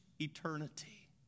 eternity